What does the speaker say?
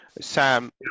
Sam